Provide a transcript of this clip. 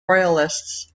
royalists